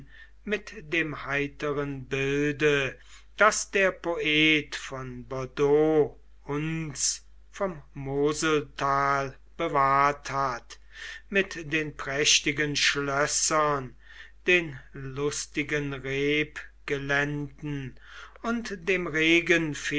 mit dem heiteren bilde das der poet von bordeaux uns vom moseltal bewahrt hat mit den prächtigen schlössern den lustigen rebgeländen und dem regen